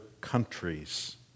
countries